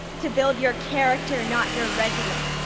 to build your character not your resume.